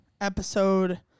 episode